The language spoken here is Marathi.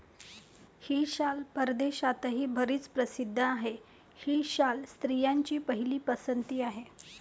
ही शाल परदेशातही बरीच प्रसिद्ध आहे, ही शाल स्त्रियांची पहिली पसंती आहे